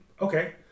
okay